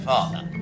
Father